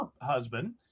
husband